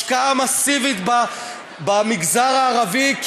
השקעה מסיבית במגזר הערבי,